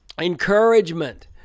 encouragement